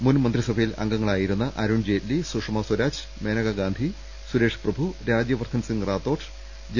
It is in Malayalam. മുൻ മന്ത്രിസഭയിൽ അംഗങ്ങളായിരുന്ന അരുൺ ജെയ്റ്റ്ലി സുഷമ സ്വരാജ് മേനകഗാന്ധി സുരേഷ് പ്രഭു രാജ്യവർധൻ സിംഗ് റാത്തോ ഡ് ജെ